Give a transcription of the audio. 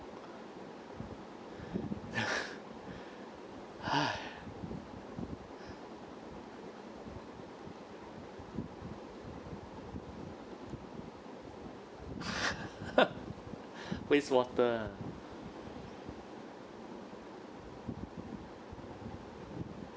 !hais! waste water ah